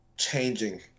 Changing